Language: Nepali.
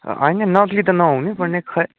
होइन नक्कली त नहुनु पर्ने खोइ